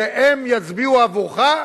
שהם יצביעו עבורך,